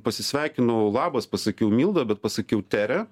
pasisveikinau labas pasakiau milda bet pasakiau tere